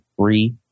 three